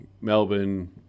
Melbourne